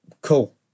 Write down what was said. Cool